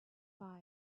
fire